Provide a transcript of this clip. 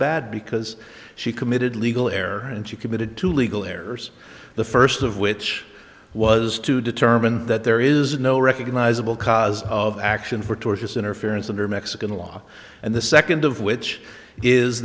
bad because she committed legal air and she committed to legal errors the first of which was to determine that there is no recognizable cause of action for tortious interference in her mexican law and the second of which is